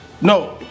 No